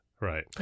Right